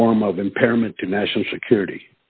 form of impairment to national security